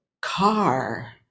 car